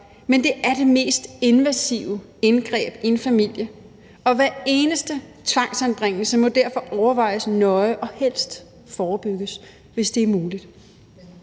men det er det mest invasive indgreb i en familie, og hver eneste tvangsanbringelse må derfor overvejes nøje og helst forebygges, hvis det er muligt.